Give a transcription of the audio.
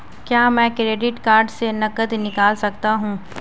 क्या मैं credit card से नकद निकाल सकता हूँ?